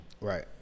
right